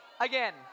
Again